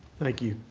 thank you.